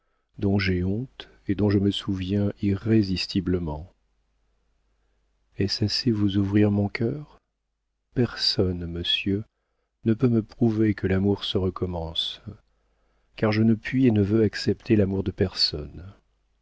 dont j'ai honte et dont je me souviens irrésistiblement est-ce assez vous ouvrir mon cœur personne monsieur ne peut me prouver que l'amour se recommence car je ne puis et ne veux accepter l'amour de personne